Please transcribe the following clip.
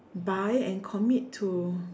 buy and commit to